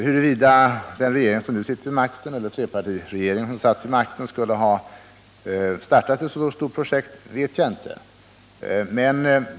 Huruvida den regering som nu sitter vid makten, eller trepartiregeringen som satt vid makten, skulle ha startat ett så stort projekt vet jag inte.